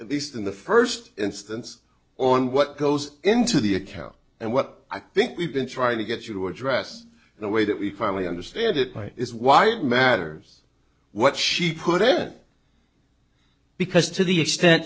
at least in the first instance on what goes into the account and what i think we've been trying to get you to address in a way that we clearly understand it by is why it matters what she put in because to the extent